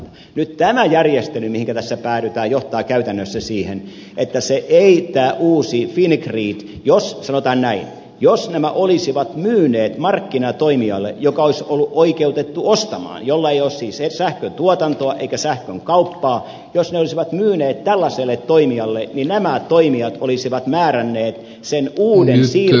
nyt tämä järjestely mihinkä tässä päädytään johtaa käytännössä siihen että se ei tämä uusi fingrid jos sanotaan näin jos nämä olisivat myyneet markkinatoimijalle joka olisi ollut oikeutettu ostamaan jolla ei ole siis sähkön tuotantoa eikä sähkön kauppaa jos ne olisivat myyneet tällaiselle toimijalle niin nämä toimijat olisivat määränneet sen uuden